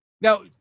now